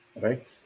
right